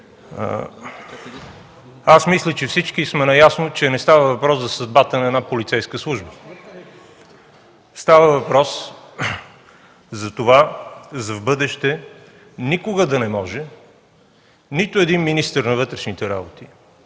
Аз мисля, че всички сме наясно, че не става въпрос за съдбата на една полицейска служба. Става въпрос за това в бъдеще никога да не може нито един министър на вътрешните работи